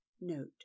note